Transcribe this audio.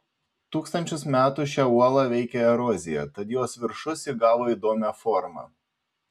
tūkstančius metų šią uolą veikė erozija tad jos viršus įgavo įdomią formą